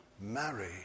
marry